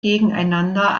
gegeneinander